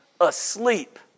asleep